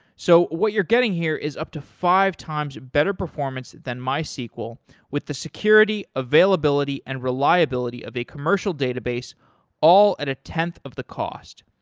so what you're getting here is up to five times better performance than mysql with the security, availability and reliability of the commercial database all at a tenth of the cost,